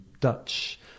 Dutch